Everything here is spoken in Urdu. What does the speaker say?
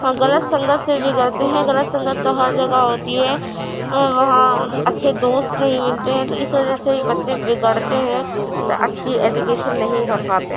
اور غلط سنگت سے بگڑتے ہیں غلط سنگت تو ہر جگہ ہوتی ہے وہاں اچھے دوست نہیں ملتے ہیں تو اِس وجہ سے بچے بگڑتے ہیں اچھی ایجوکیشن نہیں پڑھ پاتے ہیں